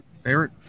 Favorite